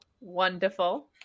wonderful